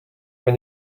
when